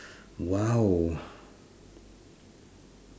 !wow!